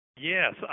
Yes